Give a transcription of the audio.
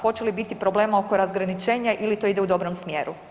Hoće li biti problema oko razgraničenja ili to ide u dobrom smjeru?